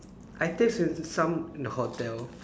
I taste the the some in the hotel